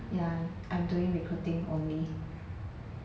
ya I'm doing recruiting only